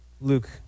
Luke